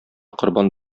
корбан